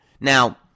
Now